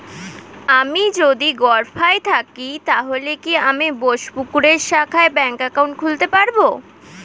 আমি যদি গরফায়ে থাকি তাহলে কি আমি বোসপুকুরের শাখায় ব্যঙ্ক একাউন্ট খুলতে পারবো?